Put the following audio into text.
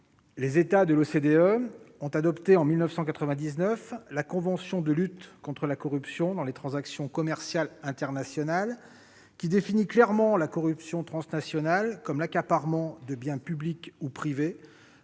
Les États de l'OCDE ont adopté, en 1999, la convention de lutte contre la corruption dans les transactions commerciales internationales qui définit clairement la corruption transnationale comme l'accaparement de biens publics ou privés